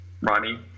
Ronnie